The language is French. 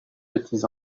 petits